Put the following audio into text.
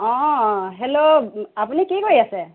অঁ হেল্ল' আপুনি কি কৰি আছে